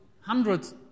hundreds